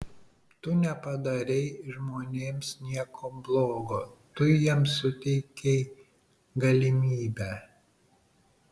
tu nepadarei žmonėms nieko blogo tu jiems suteikei galimybę